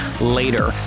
Later